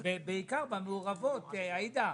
בעיקר במעורבות, עאידה.